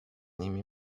ними